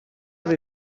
they